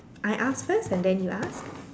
I ask first and then you ask